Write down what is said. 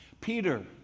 Peter